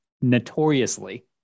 notoriously